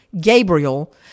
Gabriel